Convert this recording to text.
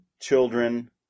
children